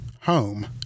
Home